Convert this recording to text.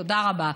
תודה רבה.